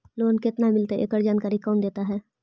Loan केत्ना मिलतई एकड़ जानकारी कौन देता है?